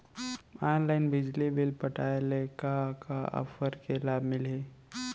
Online बिजली bill पटाय ले का का ऑफ़र के लाभ मिलही?